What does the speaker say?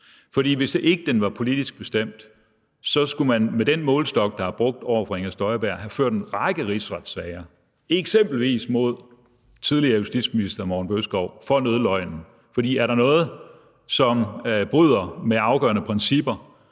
For hvis ikke den var politisk bestemt skulle man med den målestok, der er brugt over for Inger Støjberg, have ført en række rigsretssager, eksempelvis mod tidligere justitsminister Morten Bødskov for nødløgnen. For er der noget, som bryder med afgørende principper